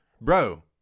bro